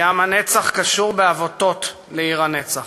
כי עם הנצח קשור בעבותות לעיר הנצח.